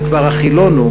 וכבר החילונו,